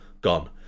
gone